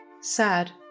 sad